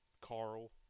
Carl